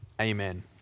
Amen